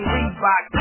Reebok